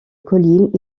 collines